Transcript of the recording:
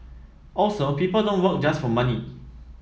also people don't work just for money